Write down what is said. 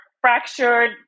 fractured